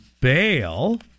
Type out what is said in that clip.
bail